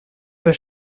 für